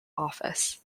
office